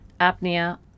apnea